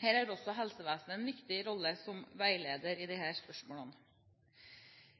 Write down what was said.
Her har også helsevesenet en viktig rolle som veileder i disse spørsmålene.